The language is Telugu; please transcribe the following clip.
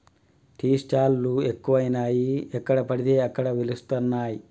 టీ స్టాల్ లు ఎక్కువయినాయి ఎక్కడ పడితే అక్కడ వెలుస్తానయ్